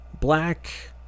black